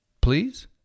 Please